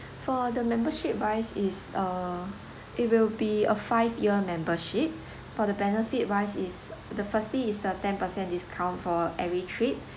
for the membership wise is uh it will be a five year membership for the benefit wise is the firstly is the ten percent discount for every trip